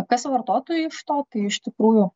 kas vartotojui iš to tai iš tikrųjų